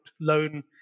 loan